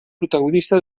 protagonista